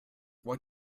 what